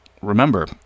remember